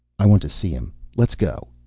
i want to see him. let's go.